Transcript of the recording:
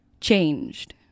Changed